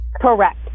correct